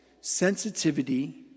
sensitivity